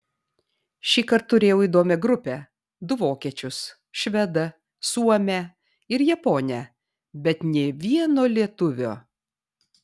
šįkart turėjau įdomią grupę du vokiečius švedą suomę ir japonę bet nė vieno lietuvio